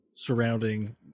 Surrounding